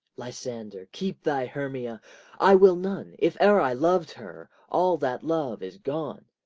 lysander, keep thy hermia i will none. if e'er i lov'd her, all that love is gone.